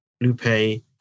Lupe